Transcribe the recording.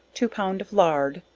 two pound of lard,